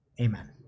Amen